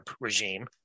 regime